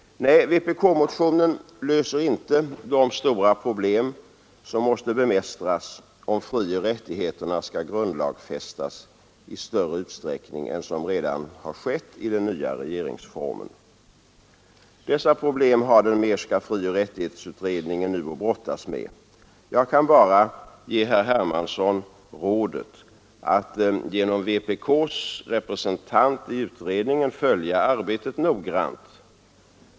Nej, vpk-motionen löser inte de stora problem, som måste bemästras, om frioch rättigheterna skall grundlagsfästas i större utsträckning än som redan har skett i den nya regeringsformen. Dessa problem har den Mehrska frioch rättighetsutredningen nu att brottas med. Jag kan bara ge herr Hermansson rådet att genom vpk:s representant i utredningen följa arbetet noggrant.